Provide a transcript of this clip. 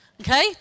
Okay